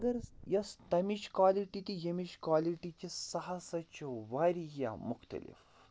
مگر یۄس تَمِچ کالٹی تہِ ییٚمِچ کالٹی چھِ سۄ ہَسا چھِ واریاہ مُختلِف